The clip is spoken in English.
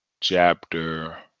chapter